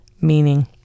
meaning